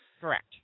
Correct